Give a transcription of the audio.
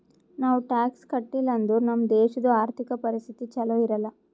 ನಾವ್ ಟ್ಯಾಕ್ಸ್ ಕಟ್ಟಿಲ್ ಅಂದುರ್ ನಮ್ ದೇಶದು ಆರ್ಥಿಕ ಪರಿಸ್ಥಿತಿ ಛಲೋ ಇರಲ್ಲ